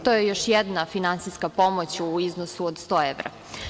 To je još jedna finansijska pomoć u iznosu od 100 evra.